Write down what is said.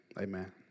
Amen